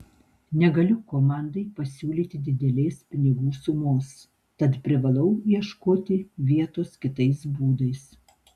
negaliu komandai pasiūlyti didelės pinigų sumos tad privalau ieškoti vietos kitais būdais